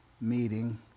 meeting